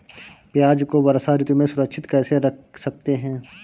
प्याज़ को वर्षा ऋतु में सुरक्षित कैसे रख सकते हैं?